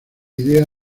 idea